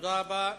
תודה רבה.